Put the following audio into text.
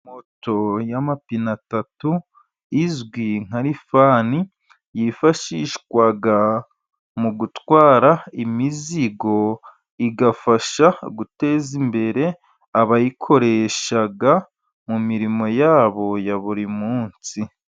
Moto y'amapine atatu izwi nka lifani, yifashishwa mu gutwara imizigo, igafasha guteza imbere abayikoresha mu mirimo yabo ya buri munsi.